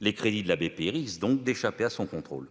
Les crédits de la BPI risquent donc d'échapper au contrôle